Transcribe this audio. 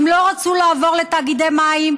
הן לא רצו לעבור לתאגידי מים,